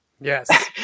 Yes